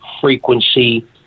frequency